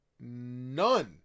none